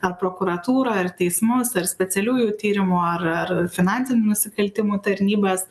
ar prokuratūrą ar teismus ar specialiųjų tyrimų ar ar finansinių nusikaltimų tarnybas